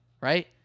right